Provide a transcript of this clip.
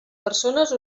persones